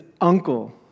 uncle